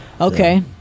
Okay